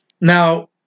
Now